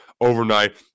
overnight